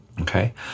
Okay